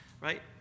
right